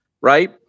Right